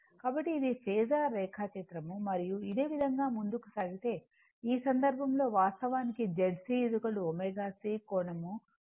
కాబట్టి ఇది ఫేసర్ రేఖాచిత్రం మరియు ఇదే విధంగా ముందుకు సాగితే ఈ సందర్భంలో వాస్తవానికి ZC ω C కోణం 90 o